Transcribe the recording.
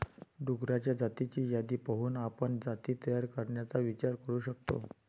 डुक्करांच्या जातींची यादी पाहून आपण जाती तयार करण्याचा विचार करू शकतो